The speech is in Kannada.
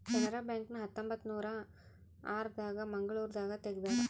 ಕೆನರಾ ಬ್ಯಾಂಕ್ ನ ಹತ್ತೊಂಬತ್ತನೂರ ಆರ ದಾಗ ಮಂಗಳೂರು ದಾಗ ತೆಗ್ದಾರ